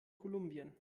kolumbien